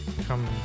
come